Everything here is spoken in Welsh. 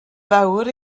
fawr